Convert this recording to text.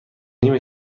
نیم